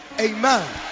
Amen